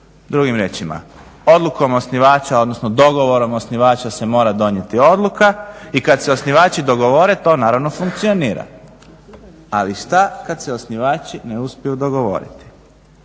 Drugim riječima, odlukom osnivača odnosno dogovorom osnivača se mora donijeti odluka i kad se osnivači dogovore to naravno funkcionira. Ali šta kad se osnivači ne uspiju dogovoriti?